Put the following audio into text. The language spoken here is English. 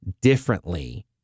differently